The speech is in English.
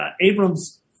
Abrams